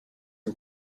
and